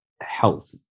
health